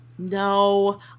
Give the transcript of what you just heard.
no